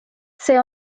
see